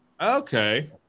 okay